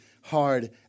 hard